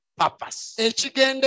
purpose